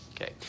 Okay